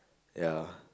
ya